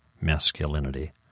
masculinity